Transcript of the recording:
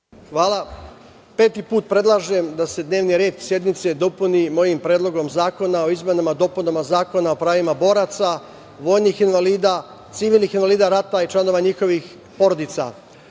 Hvala. Peti put predlažem da se dnevni red sednice dopuni mojim Predlogom zakona o izmenama i dopunama Zakona o pravima boraca, vojnih invalida, civilnih invalida rata i članova njihovih porodica. Postojeći